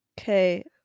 Okay